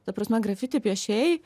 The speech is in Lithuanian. ta prasme grafiti piešėjai